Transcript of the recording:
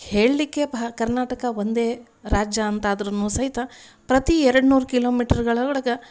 ಹೇಳಲಿಕ್ಕೆ ಭ ಕರ್ನಾಟಕ ಒಂದೇ ರಾಜ್ಯ ಅಂತ ಆದ್ರು ಸಹಿತ ಪ್ರತಿ ಎರಡುನೂರು ಕಿಲೋಮೀಟರ್ಗಳೊಳ್ಗ